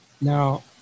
Now